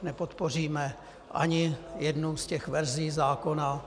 Nepodpoříme ani jednu z těch verzí zákona.